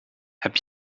heb